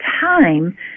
time